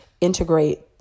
Integrate